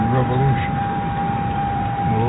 Revolution